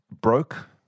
broke